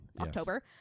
October